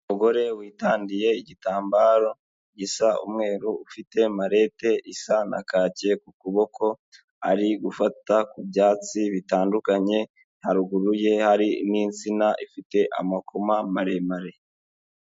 Umugore witandiye igitambaro gisa umweru, ufite marete isa na kake kuboko, ari gufata ku byatsi bitandukanye, harugu ye hari n'insina ifite amakoma maremare.